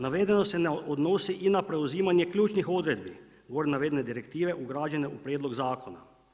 Navedeno se ne odnosi i na preuzimanje ključnih odredbi gore naveden direktive ugrađene u prijedlog zakona.